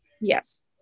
yes